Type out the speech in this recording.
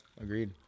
agreed